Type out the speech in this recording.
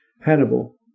Hannibal